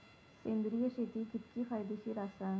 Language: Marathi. सेंद्रिय शेती कितकी फायदेशीर आसा?